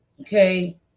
Okay